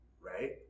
right